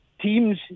teams